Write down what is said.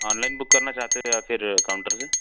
online book करना चाहते हो या फिर काउन्टर से